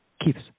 keeps